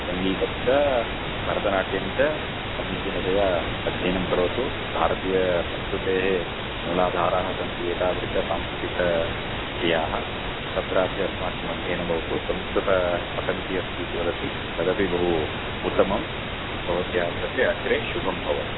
सङ्गीतं च भरतनाट्यं च समीचीनतया अध्ययनं करोतु भारतीयसंस्कृतेः मूलाधाराः सन्ति एतादृशयः सांस्कृतिकाः क्रियाः तत्रापि अस्माकम् अध्ययनं भवतु संस्कृतं पठन्ती अस्ति इति वदति तदपि बहु उत्तमं भवत्याः कृते अग्रे शुभं भवतु